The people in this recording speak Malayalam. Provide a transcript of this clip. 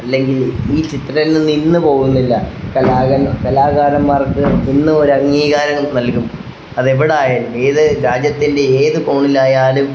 അല്ലെങ്കില് ഈ ചിത്രങ്ങൾ നിന്ന് പോകുന്നില്ല കലാകൻ കലാകാരന്മാർക്ക് ഇന്ന് അംഗീകാരം നല്കും അത് എവിടെ ആയാലും ഏത് രാജ്യത്തിൻ്റെ ഏത് കോണിലായാലും